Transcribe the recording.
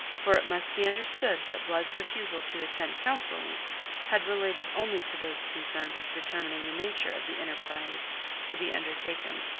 for it must be understood that blood's refusal to attend councils had related only to those concerned with determining the nature of the enterprise to be undertaken.